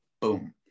boom